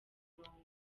umurongo